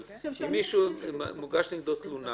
כשמוגשת תלונה